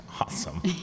awesome